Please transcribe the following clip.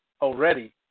already